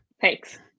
Thanks